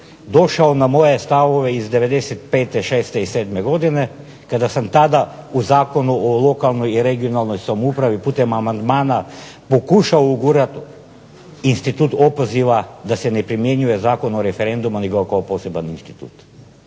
došao na moje stavove iz '95., '96. i '97. godine kada sam tada u Zakonu o lokalnoj i regionalnoj samoupravi putem amandmana pokušao ugurat institut opoziva da se ne primjenjuje Zakon o referendumu nego kao poseban institut.